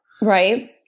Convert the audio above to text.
Right